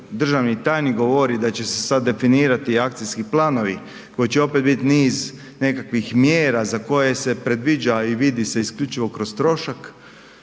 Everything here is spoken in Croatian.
državni tajnik govori da će se sad definirati akcijski planovi koji će opet biti niz nekakvih mjera za koje se predviđa i vidi se isključivo kroz trošak,